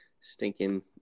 stinking